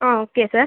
ah okay sir